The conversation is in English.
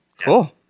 Cool